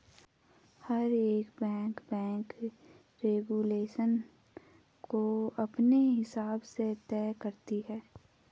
हर एक bank bank regulation को अपने हिसाब से तय करती है